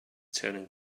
turning